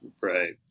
Right